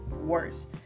worse